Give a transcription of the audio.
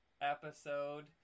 episode